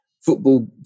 football